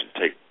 take